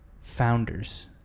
founders